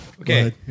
Okay